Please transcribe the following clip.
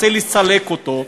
רוצה לסלק אותו,